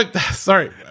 Sorry